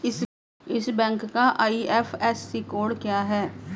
इस बैंक का IFSC code क्या है?